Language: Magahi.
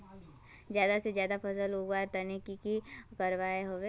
ज्यादा से ज्यादा फसल उगवार तने की की करबय होबे?